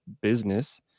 business